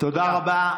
תודה רבה.